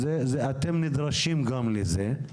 אז, אתם נדרשים גם לזה,